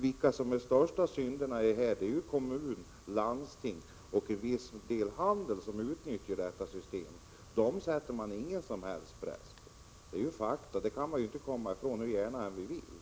De som är de största syndarna här är kommuner, landsting och i viss mån handeln. Dem sätter man ingen som helst press på. Detta är fakta, och dem kan man inte komma ifrån, hur gärna vi än vill.